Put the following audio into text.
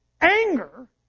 anger